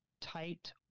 tight